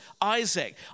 Isaac